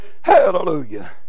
Hallelujah